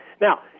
now